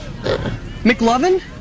McLovin